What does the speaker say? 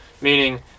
meaning